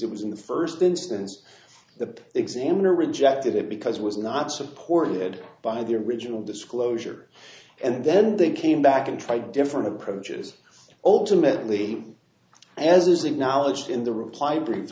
it was in the first instance the examiner rejected it because it was not supported by the original disclosure and then they came back and try different approaches ultimately as is acknowledged in the reply br